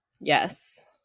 Yes